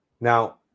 Now